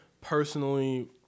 personally